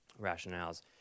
rationales